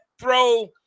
throw